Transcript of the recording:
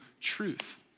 truth